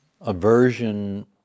Aversion